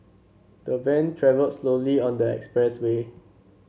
the van travelled slowly on the expressway